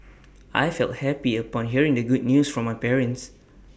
I felt happy upon hearing the good news from my parents